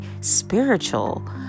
spiritual